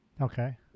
okay